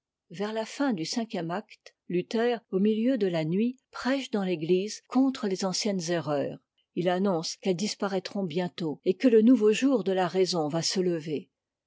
vers la fin du cinquième acte luther au milieu de la nuit prêche dans t'égtise contre les anciennes erreurs il annonce qu'elles disparaîtront bientôt et que le nouveau jour de la raison va se lever